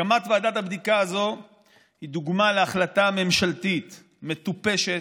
הקמת ועדת הבדיקה הזו היא דוגמה להחלטה ממשלתית מטופשת,